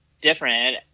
different